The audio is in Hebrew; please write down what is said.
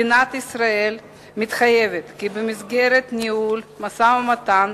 מדינת ישראל מתחייבת כי במסגרת ניהול משא-ומתן,